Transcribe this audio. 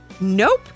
Nope